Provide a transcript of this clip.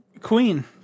Queen